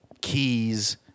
keys